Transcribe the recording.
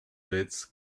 bits